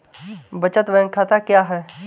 बचत बैंक खाता क्या है?